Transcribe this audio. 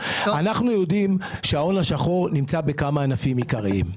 אנחנו יודעים שההון השחור נמצא בכמה ענפים עיקריים.